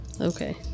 Okay